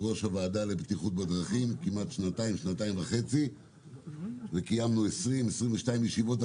ראש הוועדה לבטיחות בדרכים כמעט שנתיים וחצי וקיימנו 22-20 ישיבות.